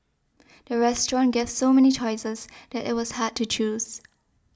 the restaurant gave so many choices that it was hard to choose